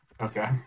Okay